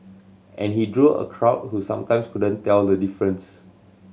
and he drew a crowd who sometimes couldn't tell the difference